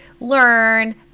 learn